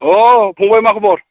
अह फंबाय मा खबर